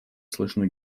слышны